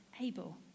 able